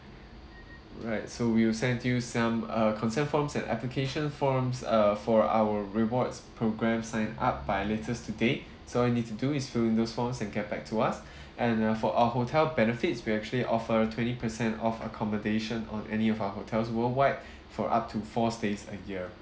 right so we'll send to you some uh consent forms and application forms uh for our rewards programme sign up by latest today so all you need to do is fill in those forms and get back to us and uh for our hotel benefits we actually offer a twenty percent off accommodation on any of our hotels worldwide for up to four stays a year